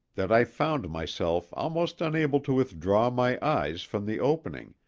that i found myself almost unable to withdraw my eyes from the opening,